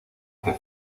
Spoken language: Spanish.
que